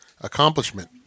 accomplishment